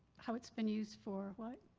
how it's been used for, what?